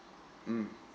mm